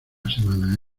semana